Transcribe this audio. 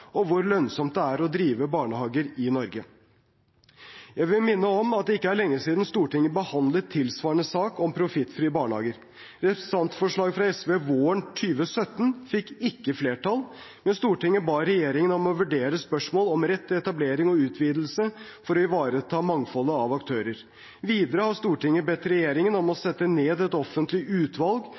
og hvor lønnsomt det er å drive barnehager i Norge. Jeg vil minne om at det ikke er lenge siden Stortinget behandlet en tilsvarende sak, om profittfrie barnehager. Representantforslaget fra SV våren 2017 fikk ikke flertall, men Stortinget ba regjeringen om å vurdere spørsmål om rett til etablering og utvidelse for å ivareta mangfoldet av aktører. Videre har Stortinget bedt regjeringen om å sette ned et offentlig utvalg